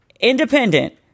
independent